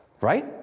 right